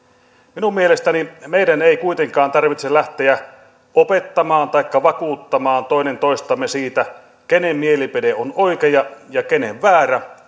minun mielestäni meidän ei kuitenkaan tarvitse lähteä opettamaan taikka vakuuttamaan toinen toistamme siitä kenen mielipide on oikea ja kenen väärä